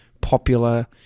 popular